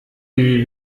ibi